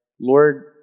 Lord